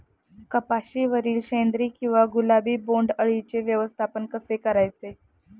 कपाशिवरील शेंदरी किंवा गुलाबी बोंडअळीचे व्यवस्थापन कसे करायचे?